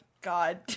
god